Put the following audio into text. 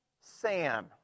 Sam